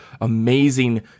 amazing